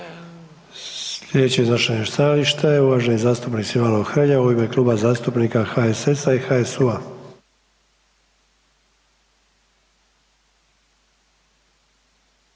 Sljedeći je uvaženi zastupnik Silvano Hrelja u ime Kluba zastupnika HSS-a i HSU-a.